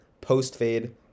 post-fade